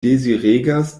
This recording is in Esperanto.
deziregas